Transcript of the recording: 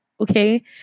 Okay